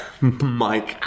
Mike